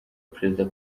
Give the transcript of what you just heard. perezida